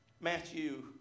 Matthew